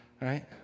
right